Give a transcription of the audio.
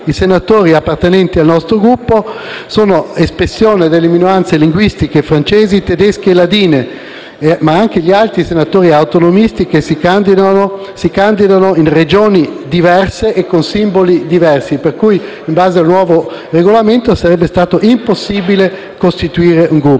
i senatori appartenenti al nostro Gruppo sono espressione delle minoranze linguistiche francesi, tedesche e ladine, insieme ad altri senatori autonomisti che si candidano in Regioni diverse e con simboli diversi. In base al nuovo Regolamento, sarebbe stato impossibile costituire un Gruppo.